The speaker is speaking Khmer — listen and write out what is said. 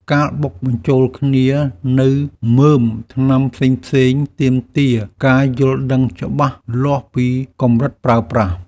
ការបុកបញ្ជូលគ្នានូវមើមថ្នាំផ្សេងៗ ទាមទារការយល់ដឹងច្បាស់លាស់ពីកម្រិតប្រើប្រាស់។